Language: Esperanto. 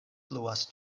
fluas